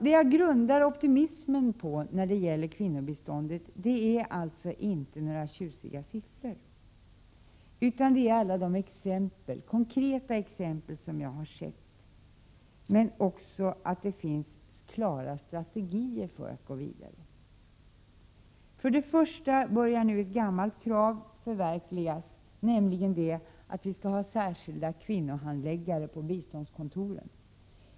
Vad jag grundar optimismen på när det gäller kvinnobistånd är alltså inte några tjusiga siffror, utan det är alla de konkreta exempel som jag har sett men också det faktum att det finns klara strategier för att gå vidare. För det första börjar nu ett gammalt krav förverkligas, nämligen det att vi skall ha särskilda kvinnohandläggare på biståndskontoren.